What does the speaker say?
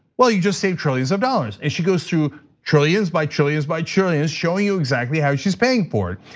well you just saved trillions of dollars. and she goes through trillions by trillions by trillions showing you exactly how she's paying for it.